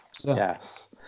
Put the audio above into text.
yes